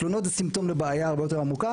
תלונות הוא סימפטום לבעיה הרבה יותר עמוקה.